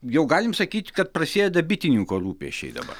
jau galim sakyt kad prasideda bitininko rūpesčiai dabar